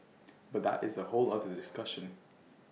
but that is A whole other discussion